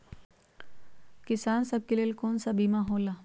किसान सब के लेल कौन कौन सा बीमा होला?